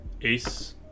Ace